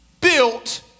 built